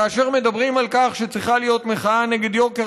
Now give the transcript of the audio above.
כאשר מדברים על כך שצריכה להיות מחאה נגד יוקר